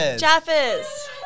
Jaffers